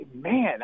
Man